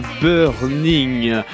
Burning